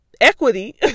equity